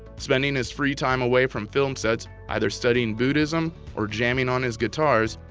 spending his free time away from film sets either studying buddhism or jamming on his guitars,